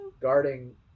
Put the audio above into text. Guarding